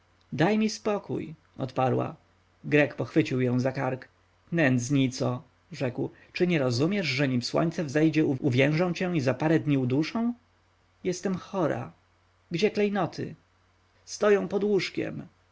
daj mi spokój odparła grek pochwycił ją za kark nędznico rzekł czy nie rozumiesz że nim słońce wejdzie uwiężą cię i za parę dni uduszą jestem chora gdzie klejnoty stoją pod łóżkiem